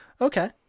Okay